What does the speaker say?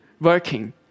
working